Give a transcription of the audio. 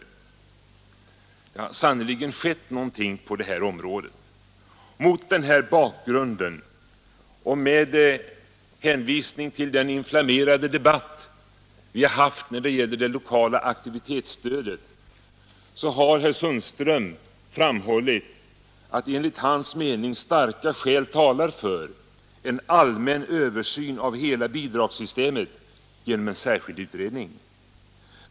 Det har sannerligen skett någonting på detta område. Mot denna bakgrund och med hänvisning till den inflammerade debatt vi haft om det lokala aktivitetsstödet har herr Sundström framhållit att enligt hans mening starka skäl talar för en allmän översyn av hela bidragssystemet genom en särskild utredning.